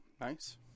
Nice